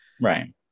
Right